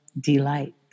delight